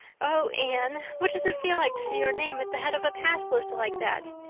oh, anne, what does it feel like to see your name at the head of a pass list like that?